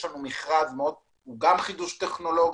יש מכרז שהוא גם חידוש טכנולוגי,